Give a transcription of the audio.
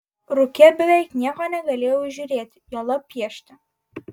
rūke beveik nieko negalėjau įžiūrėti juolab piešti